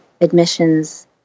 admissions